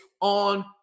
on